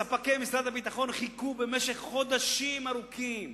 ספקי משרד הביטחון חיכו חודשים ארוכים